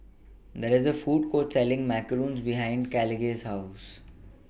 There IS A Food Court Selling Macarons behind Caleigh's House